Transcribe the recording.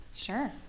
Sure